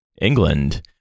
England